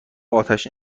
آتش